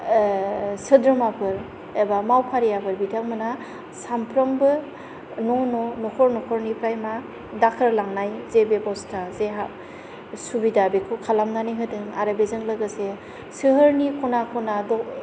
सोद्रोमाफोर एबा मावफारियाफोर बिथांमोना सानफ्रोमबो न' न' न'खर न'खरनिफ्राय मा दाखोर लांनाय जे बेबस्था जे सुबिधा बेखौ खालामनानै होदों आरो बेजों लोगोसे सोहोरनि ख'ना ख'ना